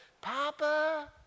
Papa